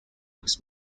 was